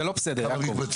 זה לא בסדר, יעקב.